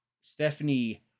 Stephanie